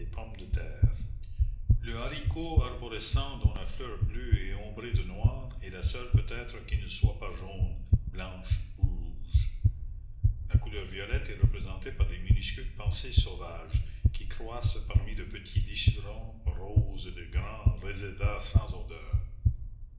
pommes de terre le haricot arborescent dont la fleur bleue est ombrée de noir est la seule peut-être qui ne soit pas jaune blanche ou rouge la couleur violette est représentée par des minuscules pensées sauvages qui croissent parmi de petits liserons roses et de grands résédas sans odeur